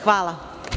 Hvala.